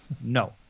no